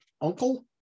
uncle